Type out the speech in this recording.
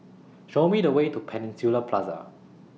Show Me The Way to Peninsula Plaza